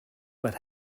but